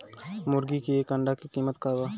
मुर्गी के एक अंडा के कीमत का बा?